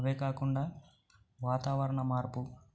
అవే కాకుండా వాతావరణ మార్పు